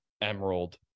emerald